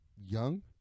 young